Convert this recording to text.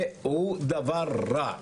זה לא דבר רע.